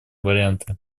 варианты